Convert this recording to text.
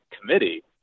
committee